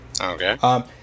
Okay